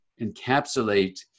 encapsulate